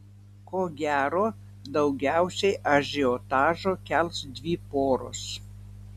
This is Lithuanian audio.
ko gero daugiausiai ažiotažo kels dvi poros